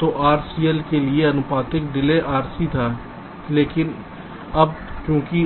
तो RCL के लिए आनुपातिक डिले RC था लेकिन अब क्योंकि